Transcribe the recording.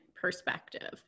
perspective